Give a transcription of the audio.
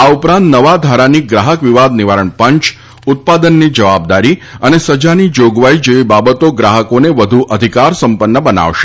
આ ઉપરાંત નવા ધારાની ગ્રાહક વિવાદ નિવારણ પંચ ઉત્પાદનની જવાબદારી અને સજાની જોગવાઈ જેવી બાબતો ગ્રાહકોને વધુ અધિકારસંપન્ન બનાવશે